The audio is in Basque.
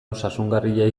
osasungarria